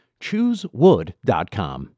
Choosewood.com